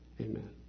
Amen